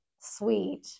sweet